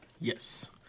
Yes